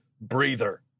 breather